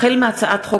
החל בהצעת חוק